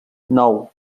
nou